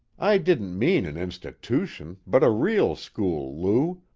i didn't mean an institution, but a real school, lou,